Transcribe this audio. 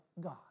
God